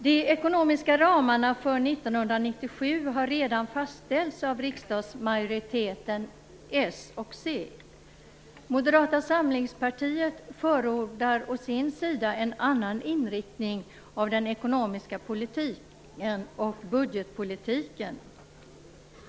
De ekonomiska ramarna för 1997 har redan fastställts av riksdagsmajoriteten, socialdemokraterna och centerpartiet. Moderata samlingspartiet förordar å sin sida en annan inriktning av den ekonomiska politiken och budgetpolitiken.